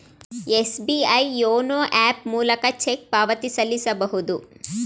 SBI YONO app ಮೂಲಕ cheque ಪಾವತಿ ನಿಲ್ಲಿಸಬಹುದು